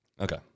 Okay